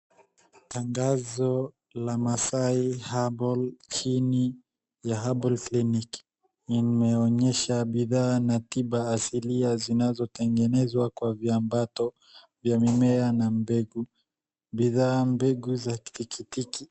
Tangazo la Masai Herbal Clinic imeonyesha bidhaa na tiba asilia zinazo tengenezwa kwa vyambato vya mimea na mbegu ,bidhaa mbegu za tikiti